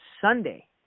Sunday